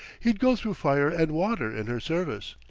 he'd go through fire and water in her service.